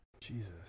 Jesus